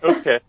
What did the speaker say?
Okay